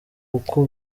uko